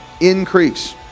increase